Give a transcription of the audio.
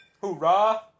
Hoorah